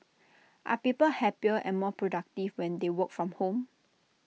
are people happier and more productive when they work from home